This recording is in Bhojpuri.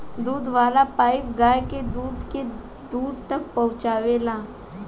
दूध वाला पाइप गाय के दूध के दूर तक पहुचावेला